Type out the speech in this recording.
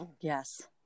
Yes